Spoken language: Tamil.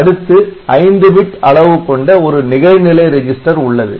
அடுத்து 5 பிட் அளவு கொண்ட ஒரு நிகழ்நிலை ரிஜிஸ்டர் உள்ளது